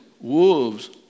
wolves